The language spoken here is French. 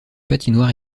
patinoire